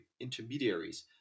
intermediaries